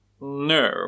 No